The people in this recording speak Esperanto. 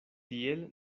tiel